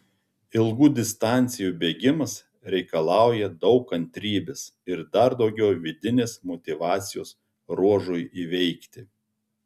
ilgų distancijų bėgimas reikalauja daug kantrybės ir dar daugiau vidinės motyvacijos ruožui įveikti